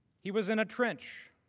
he was in a trench